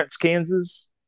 Kansas